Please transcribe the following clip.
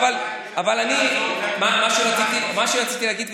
אבל מה שרציתי להגיד,